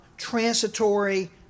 Transitory